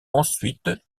ensuite